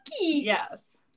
yes